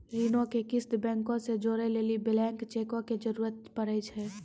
ऋणो के किस्त बैंको से जोड़ै लेली ब्लैंक चेको के जरूरत पड़ै छै